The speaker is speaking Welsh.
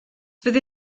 fyddi